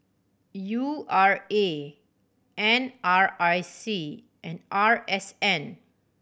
U R A N R I C and R S N